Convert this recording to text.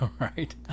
right